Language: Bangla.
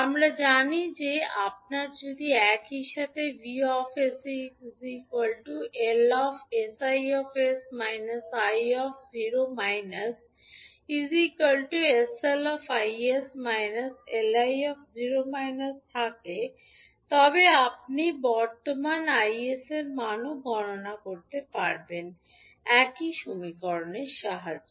আমরা জানি যে আপনার যদি একই সাথে 𝑉 𝑠 𝐿 𝑠𝐼 𝑠 𝑖 0− 𝑠𝐿𝐼 𝑠 𝐿𝑖 0− থাকে তবে আপনি বর্তমান 𝐼 এর মানও গণনা করতে পারবেন একই সমীকরণের সাহায্যে